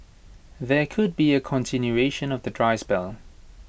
there could be A continuation of the dry spell